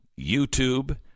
YouTube